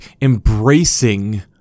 embracing